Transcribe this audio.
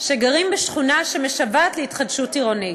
שגרים בשכונה, שמשוועת להתחדשות עירונית.